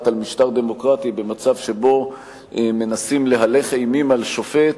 על משטר דמוקרטי במצב שבו מנסים להלך אימים על שופט